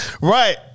Right